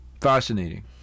Fascinating